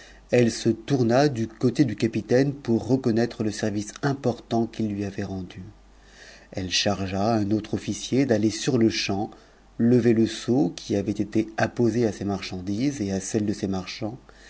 ette se tourna du côté du capitaine pou naitrc te servief important qu'i lui avait rendu il charge t j'atter sur-le-champ lever le sceau qui avait été apposé à ses j ndises et à celtes de ses marchands